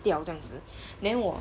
掉这样子 then 我